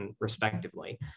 respectively